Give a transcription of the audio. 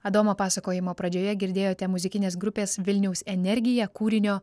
adomo pasakojimo pradžioje girdėjote muzikinės grupės vilniaus energija kūrinio